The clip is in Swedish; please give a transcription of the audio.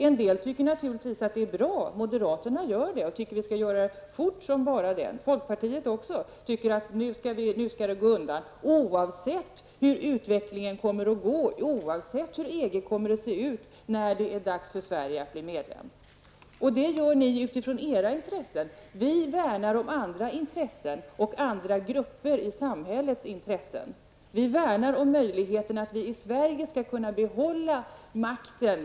En del tycker naturligtvis att det här är bra, t.ex. moderaterna. De tycker att det här skall gå fort som bara den. Folkpartiet tycker också att det skall gå undan nu -- oavsett hur utvecklingen blir, oavsett hur EG kommer att se ut när det blir dags för Sverige att bli medlem. Detta anser ni utifrån era intressen. Men vi värnar andra intressen och andra grupper, i samhällets intresse. Vänsterpartiet värnar möjligheterna för oss i Sverige att behålla makten.